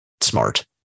smart